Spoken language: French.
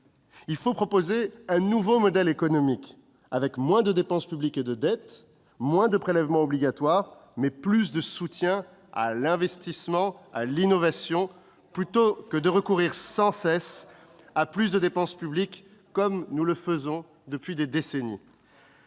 Il faut proposer un nouveau modèle économique avec moins de dépense publique et de dette, moins de prélèvements obligatoires, mais plus de soutien à l'investissement et à l'innovation, plutôt que de recourir sans cesse à plus de dépense publique, comme nous le faisons depuis des décennies.